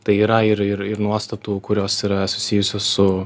tai yra ir ir ir nuostatų kurios yra susijusios su